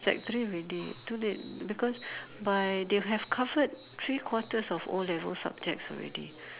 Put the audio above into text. sec three already too late because by they would have covered three quarters of O-level subjects already